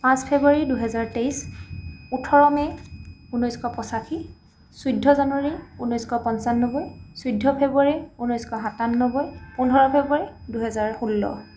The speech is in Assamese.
পাঁচ ফেব্ৰুৱাৰী দুহেজাৰ তেইছ ওঠৰ মে' ঊনৈছশ পঁচাশী চৈধ্য জানুৱাৰী ঊনৈছশ পঞ্চানব্বৈ চৈধ্য ফেব্ৰুৱাৰী ঊনৈছশ সাতানব্বৈ পোন্ধৰ ফেব্ৰুৱাৰী দুহজাৰ ষোল্ল